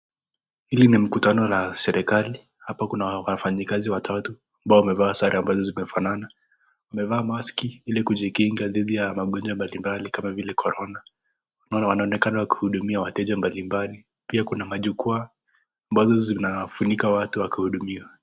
Hili ni mkutano la serikali, hapa kuna wafanyikazi watatu ambao wamevaa sare ambazo zimefanana. Wamevaa maski ili kujikinga dhidi ya magonjwa mbalimbali kama korona, wanaonekana wakihudumia wateja mbalimbali, pia kuna majukwaa ambazo zinafunika watu wakihudumiwa.